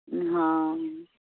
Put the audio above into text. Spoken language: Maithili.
हँ